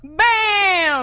bam